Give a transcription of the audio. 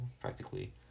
practically